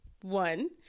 one